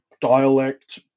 dialect